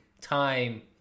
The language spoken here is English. time